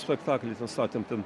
spektaklį pastatėm ten